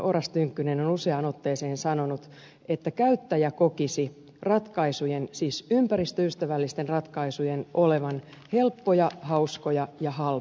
oras tynkkynen on useaan otteeseen sanonut että käyttäjä kokisi ratkaisujen siis ympäristöystävällisten ratkaisujen olevan helppoja hauskoja ja halpoja